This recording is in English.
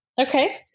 Okay